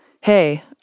Hey